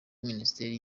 minisiteri